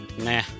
Nah